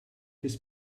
his